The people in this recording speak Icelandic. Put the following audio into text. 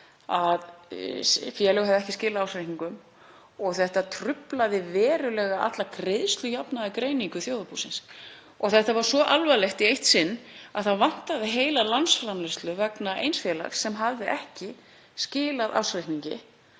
að félög höfðu ekki skilað ársreikningum og þetta truflaði verulega alla greiðslujafnaðargreiningu þjóðarbúsins. Þetta var svo alvarlegt í eitt sinn að það vantaði heila landsframleiðslu vegna eins félags sem ekki hafði skilað ársreikningi.